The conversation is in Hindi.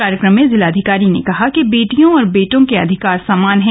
कार्यक्रम में जिलाधिकारी ने कहा कि बेटियों और बेटों के अधिकार समान है